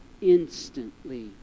instantly